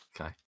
Okay